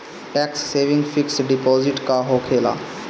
Tax saving fix deposit का होखे ला?